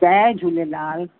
Jay Jhulelal